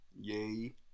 Yay